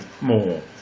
more